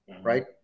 right